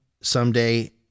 someday